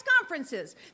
conferences